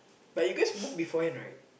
but you guys book beforehand right